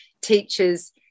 teachers